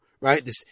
Right